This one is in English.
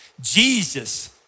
Jesus